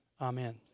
Amen